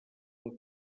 del